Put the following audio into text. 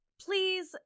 please